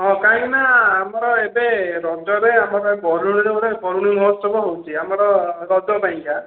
ହଁ କାହିଁକି ନା ଆମର ଏବେ ରଜରେ ଆମର ବରୁଣୀରେ ଗୋଟେ ବରୁଣୀ ମହୋତ୍ସବ ହେଉଛି ଆମର ରଜ ପାଇଁକା